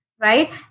right